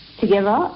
together